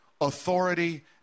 authority